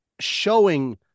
showing